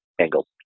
angle